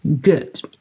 good